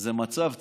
זה מצב ציני,